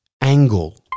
angle